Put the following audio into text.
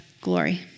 glory